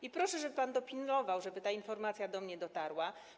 I proszę, żeby pan dopilnował, żeby ta informacja do mnie dotarła.